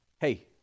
Hey